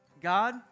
God